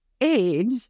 age